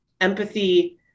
empathy